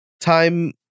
time